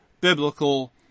biblical